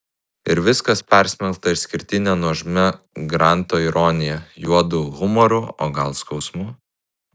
ir viskas persmelkta išskirtine nuožmia granto ironija juodu humoru o gal skausmu